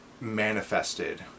manifested